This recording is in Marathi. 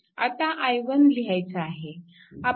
आता i1 लिहायचा आहे